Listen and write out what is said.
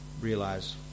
realize